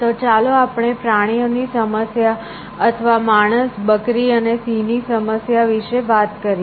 તો ચાલો આપણે પ્રાણીઓની સમસ્યા અથવા માણસ બકરી અને સિંહની સમસ્યા વિશે વાત કરીએ